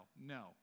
No